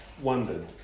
wondered